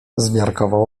zmiarkował